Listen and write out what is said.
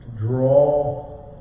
draw